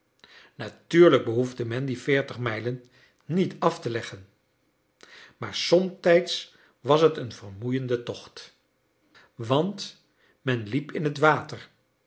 natuurlijk behoefde men die mijlen niet af te leggen maar somtijds was het een vermoeiende tocht want men liep in het water